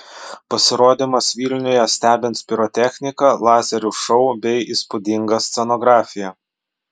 pasirodymas vilniuje stebins pirotechnika lazerių šou bei įspūdinga scenografija